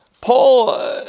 Paul